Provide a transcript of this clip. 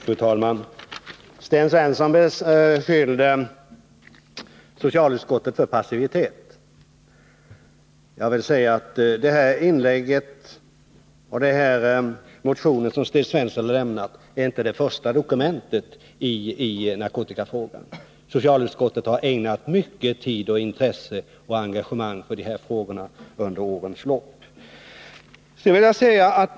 Fru talman! Sten Svensson beskyllde socialutskottet för passivitet. Jag vill påpeka att hans inlägg här och den motion som han har lämnat inte är de första dokumenten i narkotikafrågan. Socialutskottet har ägnat mycken tid och mycket intresse och engagemang åt de här frågorna under årens lopp.